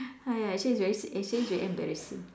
!haiya! actually it's very actually it's very embarrassing